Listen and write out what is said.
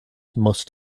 must